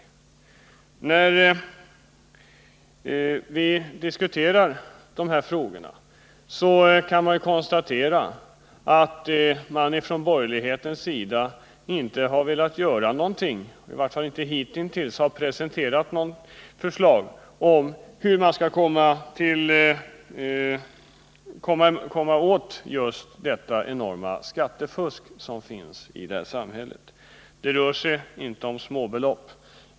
Det kan konstateras att de borgerliga i varje fall inte hittills har presenterat något förslag om hur man skall komma åt det enorma skattefusket i detta samhälle. Det rör sig inte om småbelopp.